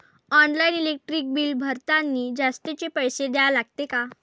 Online electric bill भरतानी जास्तचे पैसे द्या लागते का?